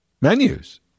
menus